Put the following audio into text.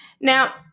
Now